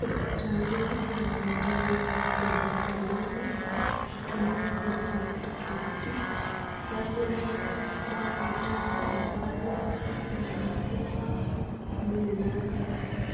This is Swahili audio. Daktari anamwangalia mgonjwa wake meno kutumia vifaa tofauti , baadhi ya vifaa ni taa ambayo inamulika